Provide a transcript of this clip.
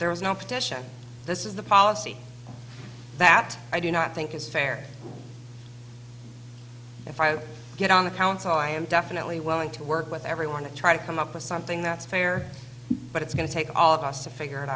petition this is the policy that i do not think is fair if i get on the council i am definitely willing to work with everyone to try to come up with something that's fair but it's going to take all of us to figure it